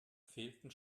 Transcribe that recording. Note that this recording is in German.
fehlten